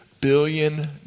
billion